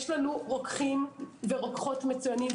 יש לנו רוקחים ורוקחות מצוינים,